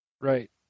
Right